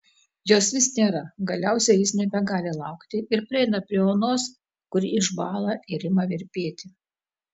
jos vis nėra galiausiai jis nebegali laukti ir prieina prie onos kuri išbąla ir ima virpėti